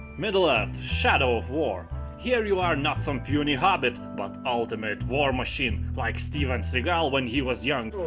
middle earth shadow of war here you are not some puny hobbit, but ultimate war machine. like steven seagal when he was young.